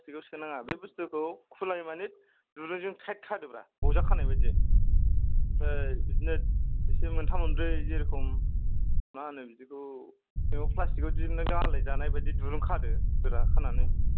प्लास्टिकाव सोनाङा बे बुस्थुखौ खुलायै माने दुरुंजों थाइद खादोब्रा बजा खानायबायदि ओमफ्राय बिदिनो एसे मोन्थाम मोनब्रै जेरेखम मा होनो बिदिखौ सिङाव प्लास्टिकआव बिदिनो बे आलायजानाय बायदि दुरुं खादो गोरा खानानै